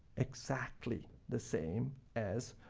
exactly the same as